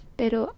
pero